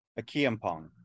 Akiampong